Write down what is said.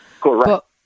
Correct